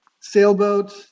sailboat